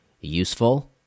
useful